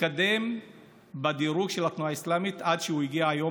התקדם בדירוג של התנועה האסלאמית עד שהוא הגיע היום